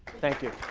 thank you.